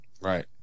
right